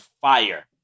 fire